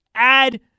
add